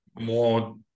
more